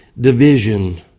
division